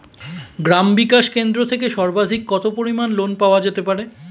গ্রাম বিকাশ কেন্দ্র থেকে সর্বাধিক কত পরিমান লোন পাওয়া যেতে পারে?